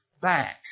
back